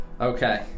Okay